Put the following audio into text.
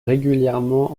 régulièrement